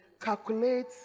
calculate